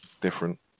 different